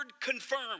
confirmed